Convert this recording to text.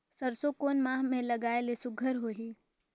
सरसो कोन माह मे लगाय ले सुघ्घर होही?